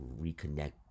reconnect